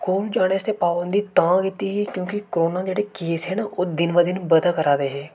school जाने आस्तै पाबंदी तां कीती ही क्योंकि करोना दे जेह्ड़े केस हे न ओह् दिन ब दिन बधै करदे हे